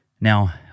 Now